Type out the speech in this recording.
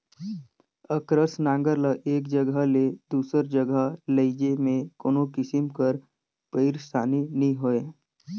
अकरस नांगर ल एक जगहा ले दूसर जगहा लेइजे मे कोनो किसिम कर पइरसानी नी होए